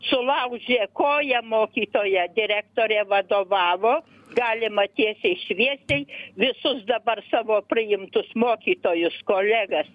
sulaužė koją mokytoja direktorė vadovavo galima tiesiai šviesiai visus dabar savo priimtus mokytojus kolegas